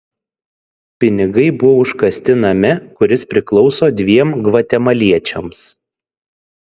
pinigai buvo užkasti name kuris priklauso dviem gvatemaliečiams